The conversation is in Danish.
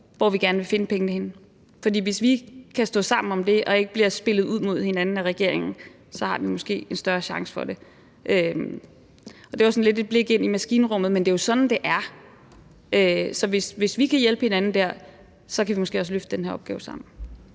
hvor vi gerne vil finde pengene henne. For hvis vi kan stå sammen om det og ikke bliver spillet ud mod hinanden af regeringen, så har vi måske en større chance for det. Det var sådan lidt et blik ind i maskinrummet, men det er jo sådan, det er, så hvis vi kan hjælpe hinanden der, kan vi måske også løfte den her opgave sammen.